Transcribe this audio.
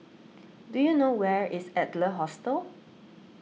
do you know where is Adler Hostel